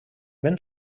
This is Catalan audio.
ben